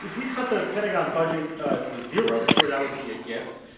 we cut the pentagon budget to zero, sure, that would be a gift.